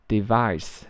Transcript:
Device